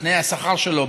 בתנאי השכר שלו,